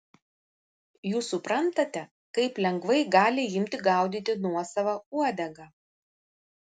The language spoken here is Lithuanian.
jūs suprantate kaip lengvai gali imti gaudyti nuosavą uodegą